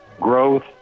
growth